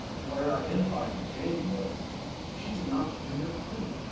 where i identified with jane was she's an entrepreneur, too.